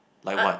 like what